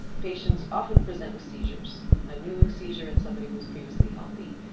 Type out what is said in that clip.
patients often present with seizures, a new seizure in somebody who was previously healthy.